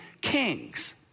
kings